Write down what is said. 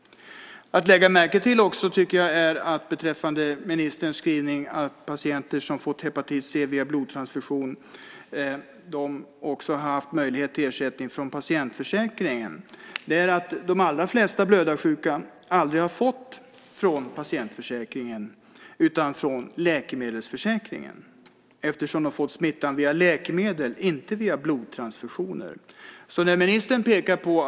Man ska också lägga märke till att ministern skriver att patienter som fått hepatit C via blodtransfusion har haft möjlighet till ersättning från patientförsäkringen. Men de allra flesta blödarsjuka har aldrig fått något från patientförsäkringen utan från läkemedelsförsäkringen eftersom de har fått smittan via läkemedel inte via blodtransfusioner.